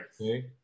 okay